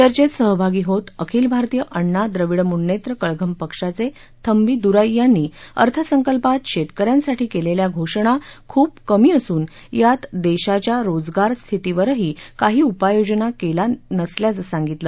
चर्चेत सहभागी होत अखिल भारतीय अण्णा द्रविड मूनेत्र कळघम पक्षाचे थंबी द्राई यांनी अर्थसंकल्पात शैतकऱ्यांसाठी केलेल्या घोषणा खुप कमी असून यात देशाच्या रोजगार स्थितीवरही काही उपाययोजना केल्या नसल्याचं सांगितलं